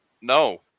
No